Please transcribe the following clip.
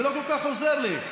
זה לא כל כך עוזר לי.